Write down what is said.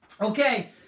okay